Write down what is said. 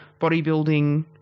bodybuilding